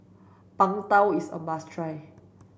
Png Tao is a must try